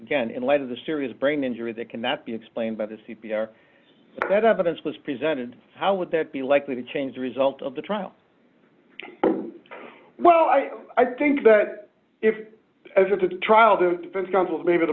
again in light of the serious brain injury that cannot be explained by the c p r that evidence was presented how would that be likely to change the result of the trial well i i think that if as a trial the defense counsels maybe the